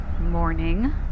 Morning